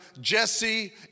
Jesse